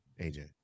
AJ